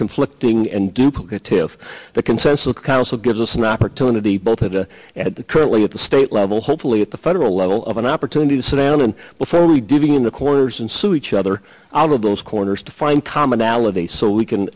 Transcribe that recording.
conflicting and duplicative the consensus council gives us an opportunity both at the at the currently at the state level hopefully at the federal level of an opportunity to sit down and fairly digging in the corners and sue each other out of those corners to find commonality so we can